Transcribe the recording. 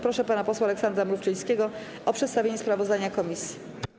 Proszę pana posła Aleksandra Mrówczyńskiego o przedstawienie sprawozdania komisji.